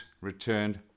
returned